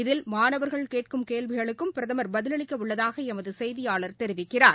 இதில் மாணவர்கள் கேட்கும் கேள்விகளுக்கும் பிரதம் பதிலளிக்க உள்ளதாக எமது செய்தியாளர் தெரிவிக்கிறார்